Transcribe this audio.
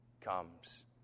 comes